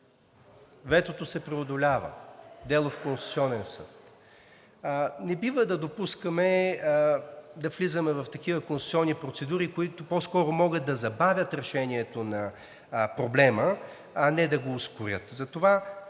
Ветото се преодолява – дело в Конституционен съд. Не бива да допускаме да влизаме в такива конституционни процедури, които по-скоро могат да забавят решението на проблема, а не да го ускорят.